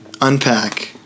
Unpack